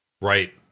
Right